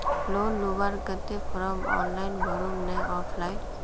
Loan लुबार केते form online भरुम ने ऑफलाइन?